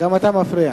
גם אתה מפריע.